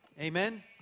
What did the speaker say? Amen